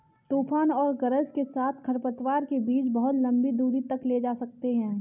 तूफान और गरज के साथ खरपतवार के बीज बहुत लंबी दूरी तक ले जा सकते हैं